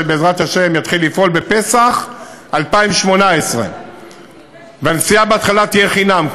שבעזרת השם יתחיל לפעול בפסח 2018. הנסיעה בהתחלה תהיה חינם,